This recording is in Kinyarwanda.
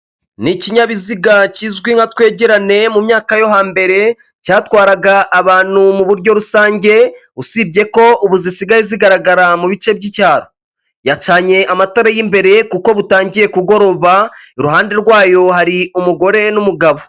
Ni ikinyabiziga kizwi nka twegerane mu myaka yo hambere cyatwaraga abantu mu buryo rusange usibye ko ubu zisigaye zigaragara mu bice by'icyaro yacanye amatara y'imbere kuko butangiye kugoroba iruhande rwayo hari umugore n'umugabo.